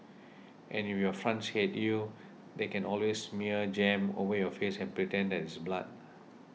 and if your friends hate you they can always smear jam over your face and pretend that it's blood